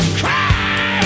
cry